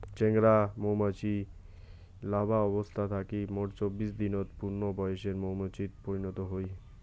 চেংরা মৌমাছি লার্ভা অবস্থা থাকি মোট চব্বিশ দিনত পূর্ণবয়সের মৌমাছিত পরিণত হই